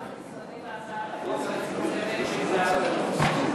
אנחנו נצמדים להצעת החוק המצומצמת של זהבה גלאון.